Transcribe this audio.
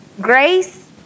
Grace